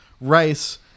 rice